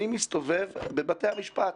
אני מסתובב בבתי המשפט.